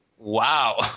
Wow